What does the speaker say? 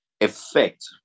effect